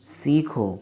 सीखो